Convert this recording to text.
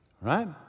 right